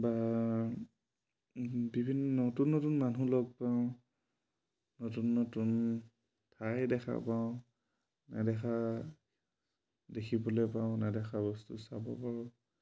বা বিভিন্ন নতুন নতুন মানুহ লগ পাওঁ নতুন নতুন ঠাই দেখা পাওঁ নেদেখা দেখিবলৈ পাওঁ নেদেখা বস্তু চাব পাৰোঁ